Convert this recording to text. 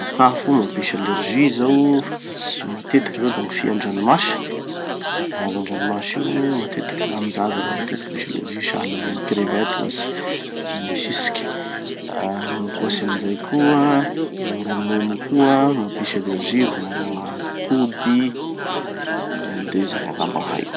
Sakafo mampisy allergie zao, fantatsika matetiky zao da gny fiandranomasy. Hazan-dranomasy io matetiky amin-jaza da matetiky misy allergie sahala amy gny crevette ohatsy, gny tsitsiky. Da ankoatsin'izay koa, gny ronono koa mampisy allergie vo gn'atody. De zay angamba gny haiko.